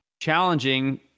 challenging